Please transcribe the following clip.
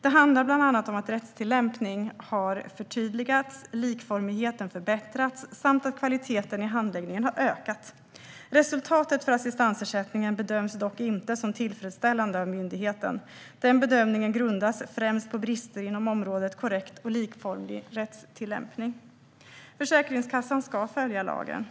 Det handlar bland annat om att rättstillämpningen har förtydligats, likformigheten förbättrats samt att kvaliteten i handläggningen har ökat. Resultatet för assistansersättningen bedöms dock inte som tillfredställande av myndigheten. Den bedömningen grundas främst på brister inom området korrekt och likformig rättstillämpning. Försäkringskassan ska följa lagen.